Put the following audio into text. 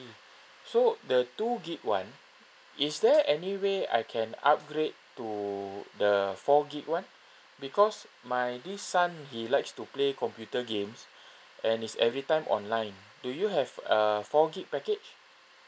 so the two gig one is there anyway I can upgrade to the four gig one because my this son he likes to play computer games and it's every time online do you have a four gig package